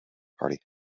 party